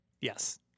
Yes